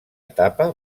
etapa